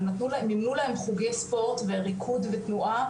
אבל מינו להם חוגי ספורט וריקוד ותנועה.